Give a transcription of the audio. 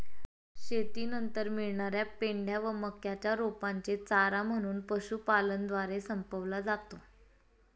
शेतीनंतर मिळणार्या पेंढ्या व मक्याच्या रोपांचे चारा म्हणून पशुपालनद्वारे संपवला जातो